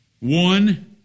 one